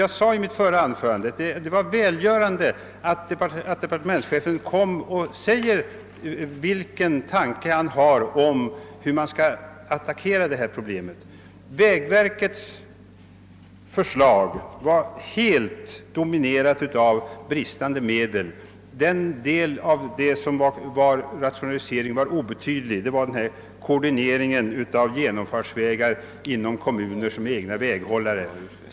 Jag sade i mitt förra anförande, att det är välgörande att departementschefen meddelar, vilka tankar han har om hur man skall attackera problemet. Vägverkets förslag var helt dominerat av talet om brist på medel. Den del som berörde rationaliseringar var obetydlig — det var då fråga om koordineringen med genomfartsvägar inom kommuner som är egna väghållare.